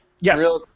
Yes